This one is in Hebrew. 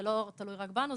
זה לא תלוי רק בנו,